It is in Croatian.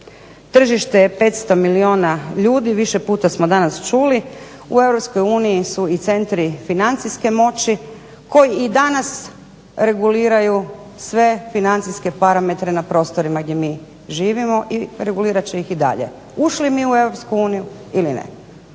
Tržište je 500 milijuna ljudi više puta smo danas čuli. U Europskoj uniji su i centri financijske moći koji i danas reguliraju sve financijske parametre na prostorima gdje mi živimo i regulirat će ih i dalje ušli mi u Europsku